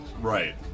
right